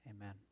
amen